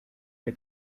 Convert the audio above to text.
que